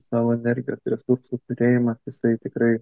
savo energijos resursų turėjimas jisai tikrai